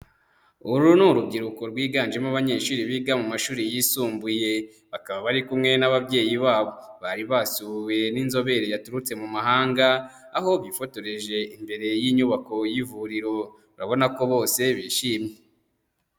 Uru ni urubyiruko rwiganjemo abanyeshuri biga mu mashuri yisumbuye, bakaba bari kumwe n'ababyeyi babo, bari basuwe n'inzobere yaturutse mu mahanga, aho bifotoreje imbere y'inyubako y'ivuriro, urabona ko bose bishimye.